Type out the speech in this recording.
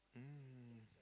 mm